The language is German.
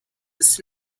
ist